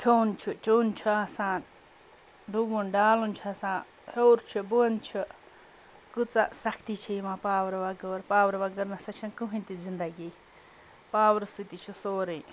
کھیوٚن چھُ چیوٚن چھُ آسان ڈُبوُن ڈالُن چھُ آسان ہیوٚر چھُ بۄن چھُ کٕژاہ سختی چھے یِوان پاورٕ وَغٲر پاورٕ وَغٲر نَہ سا چھ کٕہٕنۍ تہِ زِندگی پاورٕ سۭتی چھُ سورُے